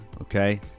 Okay